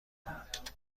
کند